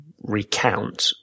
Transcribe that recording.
recount